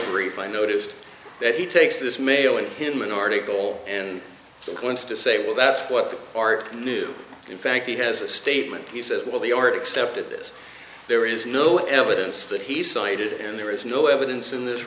brief i noticed that he takes this mailing him an article and clint's to say well that's what they are new in fact he has a statement he says well we already accepted this there is no evidence that he cited and there is no evidence in this